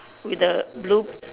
with the blue